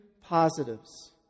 positives